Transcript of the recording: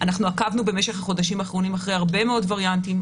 עקבנו במשך החודשים האחרונים אחרי הרבה מאוד וריאנטים,